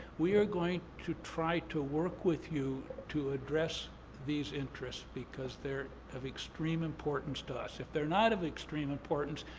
we are going to try to work with you to address these interests because they're of extreme importance to us. if they're not of extreme importance,